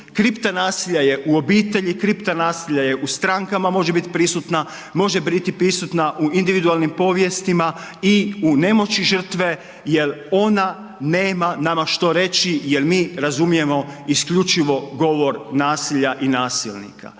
kripta nasilja je u obitelji, kripta nasilja je u strankama može bit prisutna, može biti prisutna u individualnim povijestima i u nemoći žrtve jel ona nema nama što reći jel mi razumijemo isključivo govor nasilja i nasilnika,